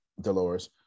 Dolores